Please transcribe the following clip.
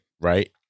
right